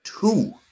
Two